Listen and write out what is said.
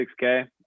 6K